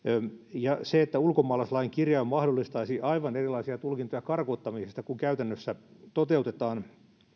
ja ulkomaalaislain kirjain mahdollistaisi aivan erilaisia tulkintoja karkottamisesta kuin käytännössä toteutetaan